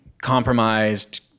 compromised